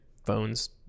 Phones